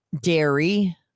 dairy